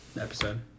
episode